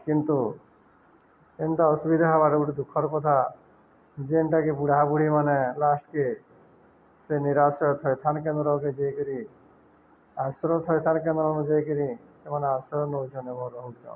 କିନ୍ତୁ ଏନ୍ିତା ଅସୁବିଧା ହେବାର ଗୋଟେ ଦୁଃଖର କଥା ଯେନ୍ଟାକି ବୁଢ଼ା ବୁଢ଼ୀ ମମାନେେ ଲାଷ୍ଟକେ ସେ ନିରାଶ୍ରୟ ଥଇଥାନ କେନ୍ଦ୍ରକେ ଯାଇକିରି ଆଶ୍ର ଥଇଥାନ କେନ୍ଦ୍ର ଯାଇକରି ସେମାନେ ଆଶ୍ର ନଉଛନ୍ତି ମ ରହୁଚ